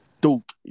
Duke